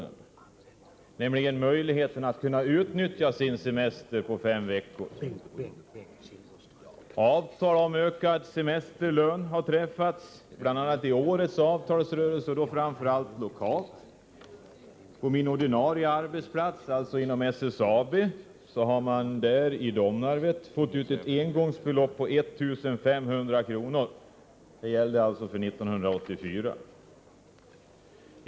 Det gäller möjligheten att utnyttja sin semester på fem veckor. Avtal om ökad semesterlön har träffats, bl.a. i årets avtalsrörelse, framför allt lokalt. På min ordinarie arbetsplats, SSAB i Domnarvet, har man fått ut ett engångsbelopp på 1 500 kr. för 1984.